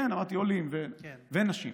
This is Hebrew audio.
כן, אמרתי, עולים, ונשים.